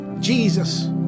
Jesus